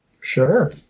Sure